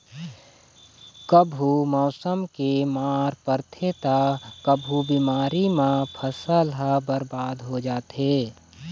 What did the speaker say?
कभू मउसम के मार परथे त कभू बेमारी म फसल ह बरबाद हो जाथे